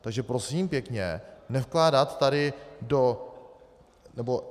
Takže prosím pěkně, nevkládat tady do, nebo...